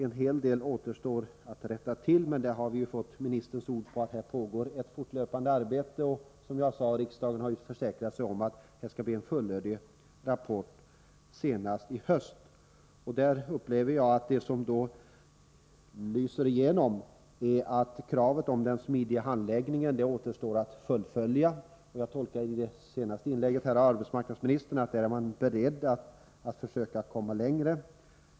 En hel del återstår att rätta till, men vi har ju fått ministerns ord på att det pågår ett fortlöpande arbete. Och riksdagen har, som jag sade, försäkrat sig om en fullödig rapport senast i höst. Jag upplever att det lyser igenom att kravet på den smidiga handläggningen återstår att fullfölja. Jag tolkar det senaste inlägget av arbetsmarknadsministern så att man är beredd att försöka komma längre.